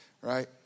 Right